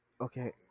Okay